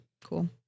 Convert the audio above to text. Cool